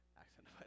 accent